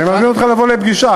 אני מזמין אותך לבוא לפגישה.